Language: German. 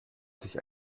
sich